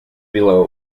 below